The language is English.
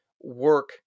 work